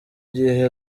gihe